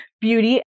beauty